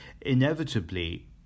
inevitably